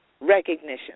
Recognition